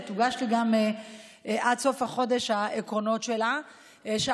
שיוגשו לי העקרונות שלה עד סוף החודש,